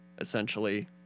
essentially